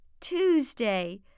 Tuesday